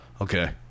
Okay